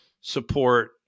support